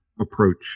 approach